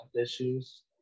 issues